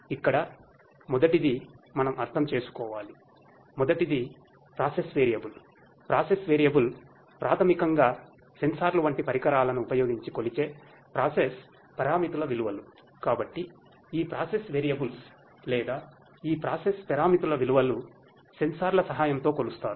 ఇక్కడ మొదటిది మనం అర్థం చేసుకోవాలి మొదటిది ప్రాసెస్ పారామితుల విలువలు సెన్సార్ల సహాయంతో కొలుస్తారు